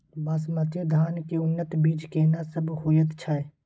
बासमती धान के उन्नत बीज केना सब होयत छै?